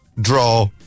draw